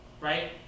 right